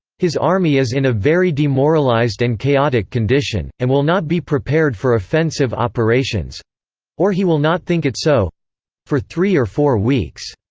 his army is in a very demoralized and chaotic condition, and will not be prepared for offensive operations or he will not think it so for three or four weeks.